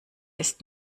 ist